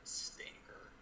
stinker